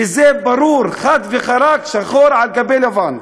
וזה ברור, חד וחלק, שחור על גבי לבן.